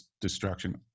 destruction